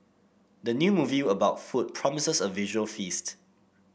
the new movie about food promises a visual feast